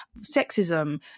sexism